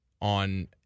on